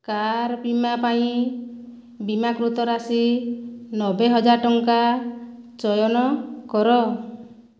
car ବୀମା ପାଇଁ ବୀମାକୃତ ରାଶି ନବେହଜାର ଟଙ୍କା ଚୟନ କର